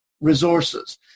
resources